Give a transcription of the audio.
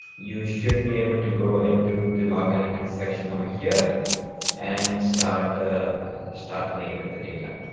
you should be able to go into the log analytics section over here and start ah start playing with the data.